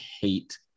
hate